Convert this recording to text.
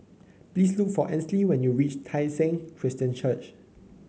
please look for Ansley when you reach Tai Seng Christian Church